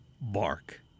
bark